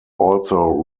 also